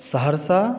Saharsa